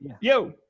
Yo